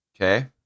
Okay